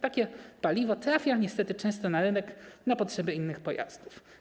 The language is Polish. Takie paliwo trafia niestety często na rynek na potrzeby innych pojazdów.